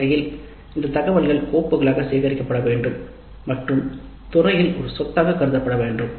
ஒருவகையில் இந்த தகவல்கள் கோப்புகளாக சேகரிக்கப்பட வேண்டும் மற்றும் துறையில் ஒரு சொத்தாக கருதப்படவேண்டும்